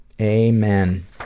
Amen